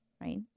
right